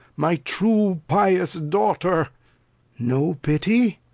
my true pious daughter no pity?